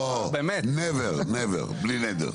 לא, never, never, בלי נדר.